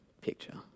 picture